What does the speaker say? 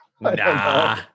Nah